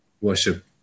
worship